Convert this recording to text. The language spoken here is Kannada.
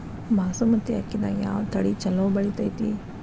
ಬಾಸುಮತಿ ಅಕ್ಕಿದಾಗ ಯಾವ ತಳಿ ಛಲೋ ಬೆಳಿತೈತಿ?